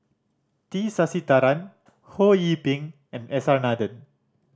T Sasitharan Ho Yee Ping and S R Nathan